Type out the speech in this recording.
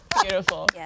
Beautiful